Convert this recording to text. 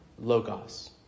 Logos